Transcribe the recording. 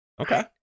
Okay